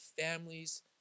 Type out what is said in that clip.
families